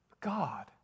God